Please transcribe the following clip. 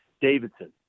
Davidson